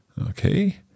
okay